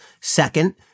Second